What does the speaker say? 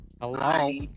Hello